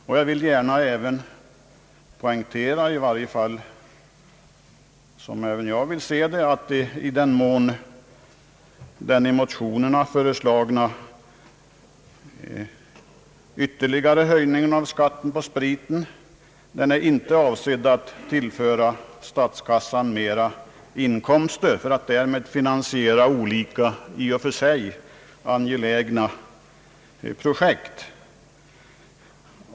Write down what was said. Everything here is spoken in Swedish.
Även jag vill gärna poängtera att den i motionerna föreslagna ytterligare höjningen av spritbeskattningen inte är av sedd att tillföra statskassan ökade inkomster för att därmed finansiera olika, i och för sig angelägna projekt.